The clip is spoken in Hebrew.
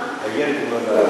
אם יש ילד?